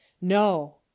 no